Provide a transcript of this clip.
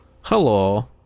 Hello